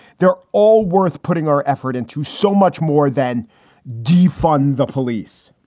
they're all worth putting our effort into so much more than defund the police